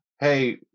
hey